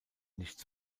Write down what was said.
nichts